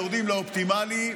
יורדים לאופטימלי,